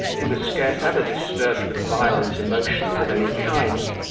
he was scarce ever disturbed with violent emotions of any kind.